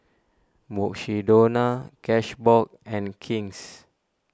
Mukshidonna Cashbox and King's